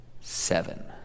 seven